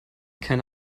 keine